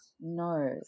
No